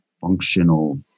functional